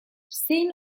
zein